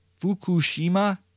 Fukushima